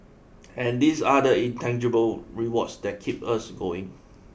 and these are the intangible rewards that keep us going